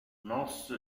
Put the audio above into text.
nos